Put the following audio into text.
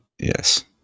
Yes